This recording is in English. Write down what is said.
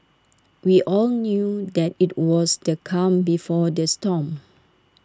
we all knew that IT was the calm before the storm